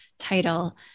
Title